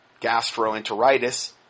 gastroenteritis